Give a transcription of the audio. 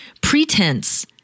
pretense